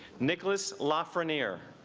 nicholas la for an near